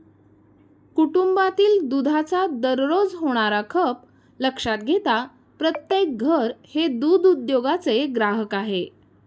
कुटुंबातील दुधाचा दररोज होणारा खप लक्षात घेता प्रत्येक घर हे दूध उद्योगाचे ग्राहक आहे